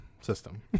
system